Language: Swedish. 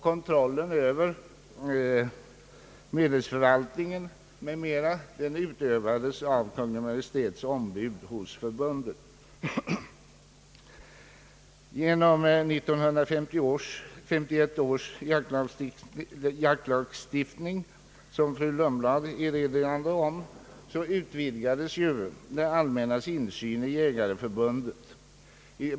Kontrollen över medelsförvaltning m.m. utövades av Kungl. Maj:ts ombud hos förbundet. Genom 1951 års jaktlagstiftning, som fru Lundblad erinrade om, utvidgades det allmännas insyn i Jägareförbundet.